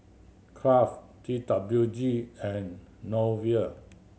Kraft T W G and Nova